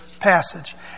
passage